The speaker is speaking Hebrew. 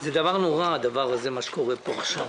זה דבר נורא מה שקורה פה עכשיו.